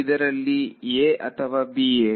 ಇದರಲ್ಲಿ a ಅಥವಾ bಯೆ